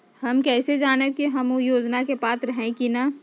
हम कैसे जानब की हम ऊ योजना के पात्र हई की न?